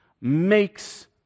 makes